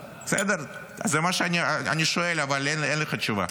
--- בסדר, זה מה שאני שואל, אבל אין לך תשובה.